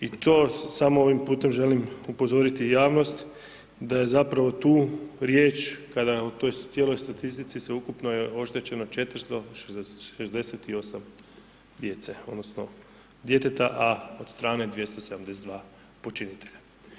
I to, samo ovim putem želim upozoriti javnost da je zapravo tu riječ kada je o toj cijeloj statistici sveukupno je oštećeno 468 djece odnosno djeteta, a od strane 272 počinitelja.